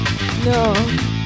No